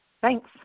Thanks